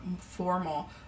formal